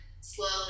slowly